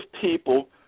people